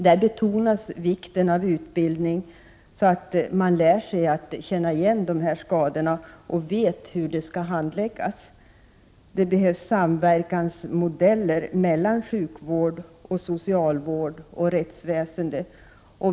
Där betonas vikten av utbildning, så att man lär sig känna igen dessa skador och vet hur de skall handläggas. Det behövs modeller för samverkan mellan sjukvård, socialvård och rättsväsende.